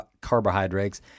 carbohydrates